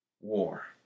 war